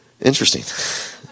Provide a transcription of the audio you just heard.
Interesting